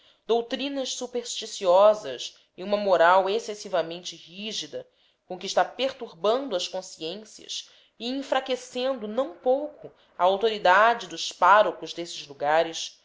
doutrinas supersticiosas e uma moral excessivamente rígida com que está perturbando as consciências e enfraquecendo não pouco a autoridade dos párocos destes lugares